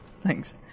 thanks